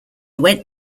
went